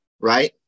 right